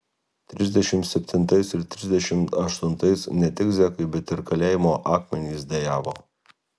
trisdešimt septintais ir trisdešimt aštuntais ne tik zekai bet ir kalėjimo akmenys dejavo